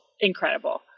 incredible